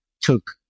took